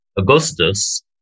Augustus